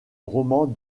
roman